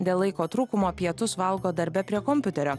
dėl laiko trūkumo pietus valgo darbe prie kompiuterio